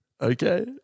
okay